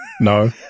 No